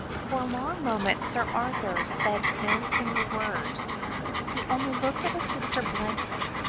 for a long moment sir arthur said no single word he only looked at his sister blankly,